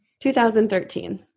2013